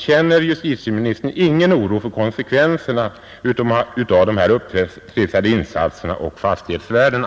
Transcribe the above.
Känner justitieministern ingen oro för konsekvenserna av de upptrissade insatserna och fastighetsvärdena?